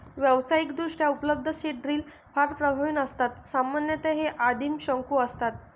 व्यावसायिकदृष्ट्या उपलब्ध seed drill फार प्रभावी नसतात सामान्यतः हे आदिम शंकू असतात